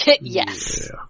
Yes